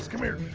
come here.